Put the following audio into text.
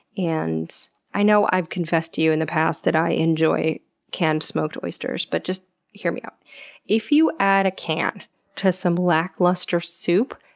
and i know i've confessed to you in that past that i enjoy canned smoked oysters, but just hear me out if you add a can to some lackluster soup,